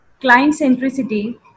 client-centricity